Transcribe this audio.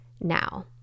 now